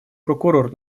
прокурор